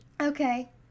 Okay